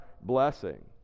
blessing